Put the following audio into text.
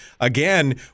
again